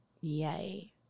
Yay